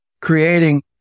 creating